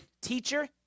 teacher